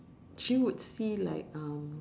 she would see like um